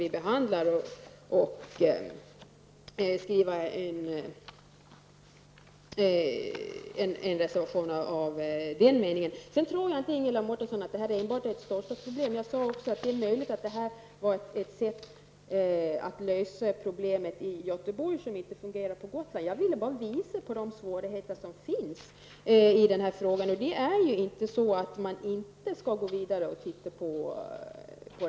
Elisabeth Fleetwood kan ju i stället komma med en reservation. Sedan tror jag inte, Ingela Mårtensson, att det som det här talas om enbart är ett storstadsproblem. Jag har också sagt att det är möjligt att det här är ett sätt att lösa problemet i Göteborg. På Gotland fungerar det dock inte. Jag ville bara visa på de svårigheter som finns i det här avseendet. Det är alltså inte så, att man inte skall gå vidare och se över dessa saker.